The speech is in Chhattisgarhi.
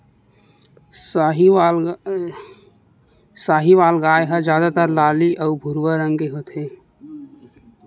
साहीवाल गाय ह जादातर लाली अउ भूरवा रंग के होथे